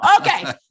Okay